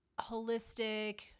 holistic